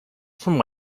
from